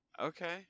Okay